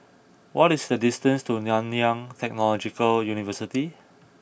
what is the distance to Nanyang Technological University